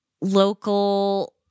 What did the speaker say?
local